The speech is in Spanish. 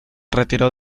retiró